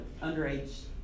underage